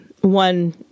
one